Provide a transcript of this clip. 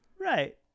Right